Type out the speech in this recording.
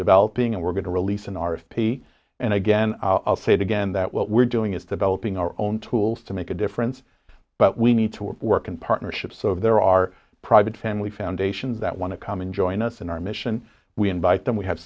developing and we're going to release an r f p and again i'll say it again that what we're doing is developing our own tools to make a difference but we need to work in partnership so if there are private family foundation that want to come and join us in our mission we invite them we have